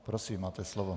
Prosím, máte slovo.